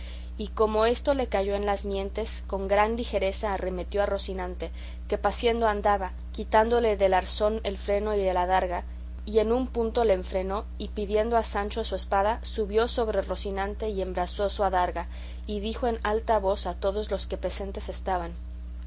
y como esto le cayó en las mientes con gran ligereza arremetió a rocinante que paciendo andaba quitándole del arzón el freno y el adarga y en un punto le enfrenó y pidiendo a sancho su espada subió sobre rocinante y embrazó su adarga y dijo en alta voz a todos los que presentes estaban